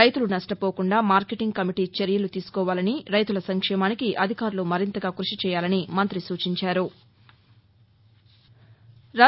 రైతులు నష్టపోకుండా marketing committee చర్యలు తీసుకోవాలని రైతుల సంక్షేమానికి అధికారులు మరింతగా క్థషిచేయాలని మంత్రి సూచించారు